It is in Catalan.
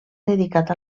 dedicat